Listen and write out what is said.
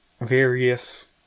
various